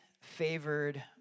favored